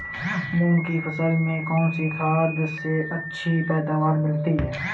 मूंग की फसल में कौनसी खाद से अच्छी पैदावार मिलती है?